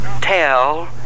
tell